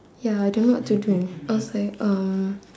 ya I don't know what to do I was like uh